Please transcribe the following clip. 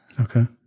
Okay